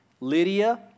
Lydia